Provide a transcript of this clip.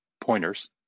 pointers